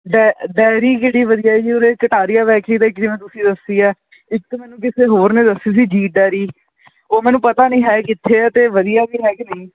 ਡੈ ਡਾਇਰੀ ਕਿਹੜੀ ਵਧੀਆ ਜੀ ਉਰੇ ਕਟਾਰੀਆ ਵੈਕਰੀ ਦਾ ਇੱਕ ਜਿਵੇਂ ਤੁਸੀਂ ਦੱਸੀ ਹੈ ਇੱਕ ਮੈਨੂੰ ਕਿਸੇ ਹੋਰ ਨੇ ਦੱਸੀ ਸੀ ਜੀਤ ਡਾਇਰੀ ਉਹ ਮੈਨੂੰ ਪਤਾ ਨਹੀਂ ਹੈ ਕਿੱਥੇ ਹੈ ਅਤੇ ਵਧੀਆ ਵੀ ਹੈ ਕੇ ਨਹੀਂ